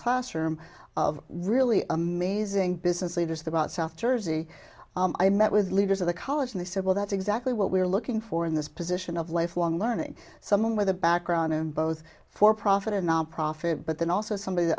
classroom of really amazing business leaders throughout south jersey i met with leaders of the college and they said well that's exactly what we're looking for in this position of lifelong learning someone with a background in both for profit and nonprofit but then also somebody that